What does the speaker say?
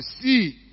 see